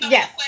Yes